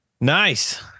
nice